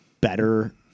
better